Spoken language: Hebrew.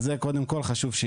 וזה חשוב שיאמר.